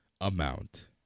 amount